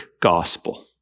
gospel